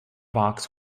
box